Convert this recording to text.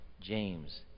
James